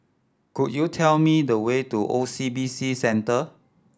could you tell me the way to O C B C Centre